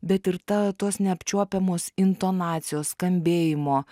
bet ir ta tos neapčiuopiamos intonacijos skambėjimo